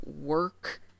work